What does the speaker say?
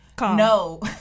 no